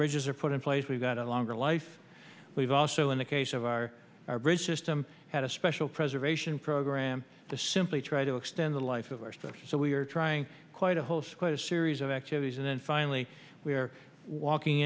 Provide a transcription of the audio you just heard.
bridges are put in place we've got a longer life we've also in the case of our our bridges some had a special preservation program to simply try to extend the life of our staff so we are trying quite a host quite a series of activities and then finally we're walking